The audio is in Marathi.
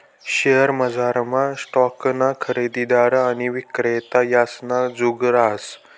शेअर बजारमा स्टॉकना खरेदीदार आणि विक्रेता यासना जुग रहास